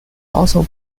also